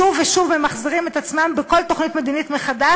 שוב ושוב ממחזרים את עצמם בכל תוכנית מדינית מחדש,